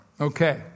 Okay